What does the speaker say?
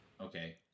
okay